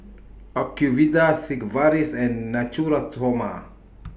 Ocuvite Sigvaris and Natura Stoma